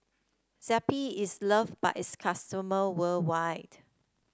Zappy is loved by its customer worldwide